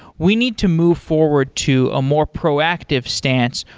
we need to move forward to a more proactive stance.